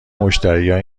مشتریها